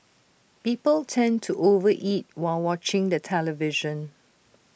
people tend to over eat while watching the television